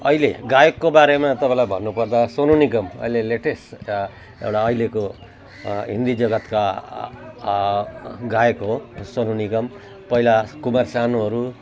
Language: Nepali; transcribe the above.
अहिले गायकको बारेमा तपाईँलाई भन्नुपर्दा सोनु निगम अहिलेको लेटेस्ट एउटा अहिलेको हिन्दी जगत्का गायक हो सोनु निगम पहिला कुमार सानुहरूले